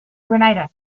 grenada